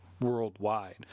worldwide